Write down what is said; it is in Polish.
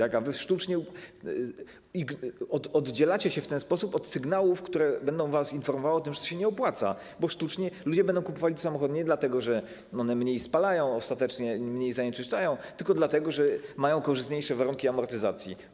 A wy sztucznie oddzielacie się w ten sposób od sygnałów, które będą was informowały o tym, że to się nie opłaca, bo ludzie będą kupowali te samochody nie dlatego, że one ostatecznie mniej spalają, mniej zanieczyszczają, tylko dlatego, że mają korzystniejsze warunki amortyzacji.